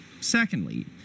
Secondly